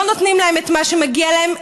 לא נותנים להם את מה שמגיע להם,